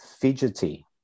fidgety